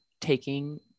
taking